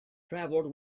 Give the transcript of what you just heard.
travelled